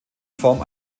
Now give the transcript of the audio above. form